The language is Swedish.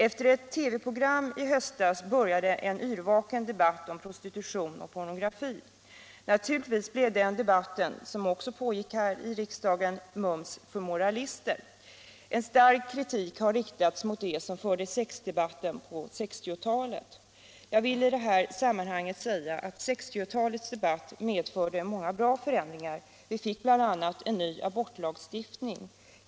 Efter ett TV-program i höstas började en yrvaken debatt om prostitution och pornografi. Naturligtvis blev den debatten, som också pågick i riksdagen, ”mums för moralister”. En stark kritik har riktats mot dem som förde sexdebatten på 1960-talet. Jag vill i detta sammanhang säga att sextiotalets debatt medförde många bra förändringar. Vi fick bl.a. en ny abortlagstiftning.